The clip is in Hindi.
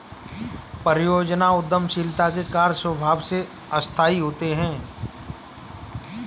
परियोजना उद्यमशीलता के कार्य स्वभाव से अस्थायी होते हैं